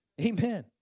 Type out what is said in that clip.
Amen